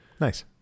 nice